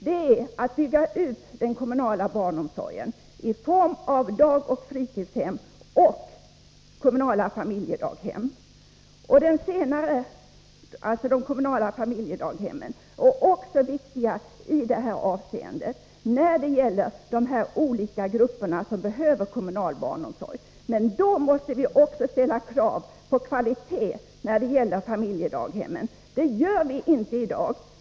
Det är att bygga ut den kommunala barnomsorgen i form av dagoch fritidshem och kommunala familjedaghem. De kommunala familjedaghemmen är också viktiga för dessa olika grupper som behöver kommunal barnomsorg. Men då måste vi också ställa krav på kvalitet när det gäller familjedaghemmen. Det gör vi inte i dag.